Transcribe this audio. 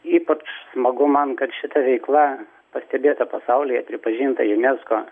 ypač smagu man kad šita veikla pastebėta pasaulyje pripažinta unesco